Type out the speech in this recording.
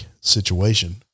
situation